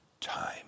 time